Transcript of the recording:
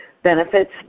benefits